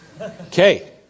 Okay